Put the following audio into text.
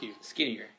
Skinnier